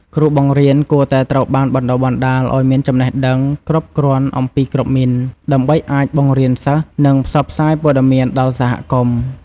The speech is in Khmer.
គ្រូបង្រៀនគួរតែត្រូវបានបណ្ដុះបណ្ដាលឱ្យមានចំណេះដឹងគ្រប់គ្រាន់អំពីគ្រាប់មីន ដើម្បីអាចបង្រៀនសិស្ស និងផ្សព្វផ្សាយព័ត៌មានដល់សហគមន៍។